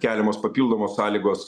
keliamos papildomos sąlygos